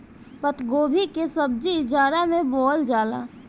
पातगोभी के सब्जी जाड़ा में बोअल जाला